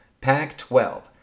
Pac-12